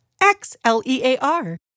X-L-E-A-R